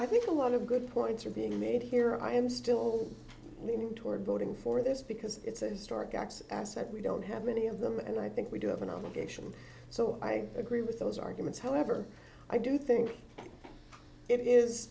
i think a lot of good points are being made here i am still leaning toward voting for this because it's a historic x as that we don't have many of them and i think we do have an obligation so i agree with those arguments however i do think it is